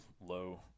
low